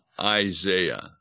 Isaiah